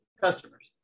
customers